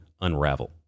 unravel